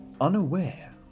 unaware